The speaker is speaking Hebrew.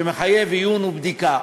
שמחייב עיון ובדיקה.